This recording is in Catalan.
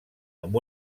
amb